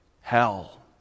hell